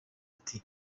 iti